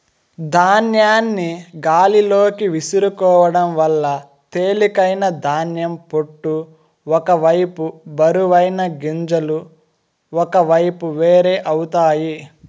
ధాన్యాన్ని గాలిలోకి విసురుకోవడం వల్ల తేలికైన ధాన్యం పొట్టు ఒక వైపు బరువైన గింజలు ఒకవైపు వేరు అవుతాయి